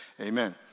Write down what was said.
amen